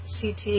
CT